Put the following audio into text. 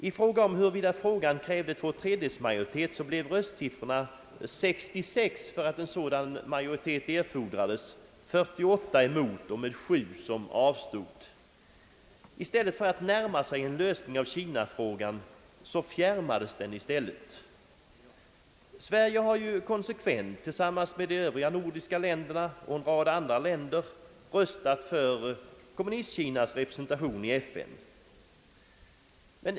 I fråga om huruvida frågan krävde två tredjedels majoritet blev siffrorna 66—48—27. I stället för att närma sig en lösning av kinafrågan fjärmades den i stället. Sverige har ju konsekvent tillsammans med de övriga nordiska länderna och en rad andra länder röstat för Kommunistkinas representation i FN.